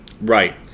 right